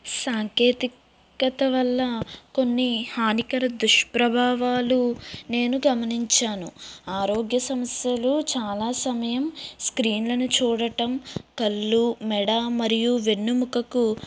సాంకేతికత వల్ల కొన్ని హానికర దుష్ప్రభావాలు నేను గమనించాను ఆరోగ్య సమస్యలు చాలా సమయం స్క్రీన్లను చూడటం కళ్ళు మెడ మరియు వెన్నుముకకు